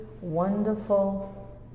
wonderful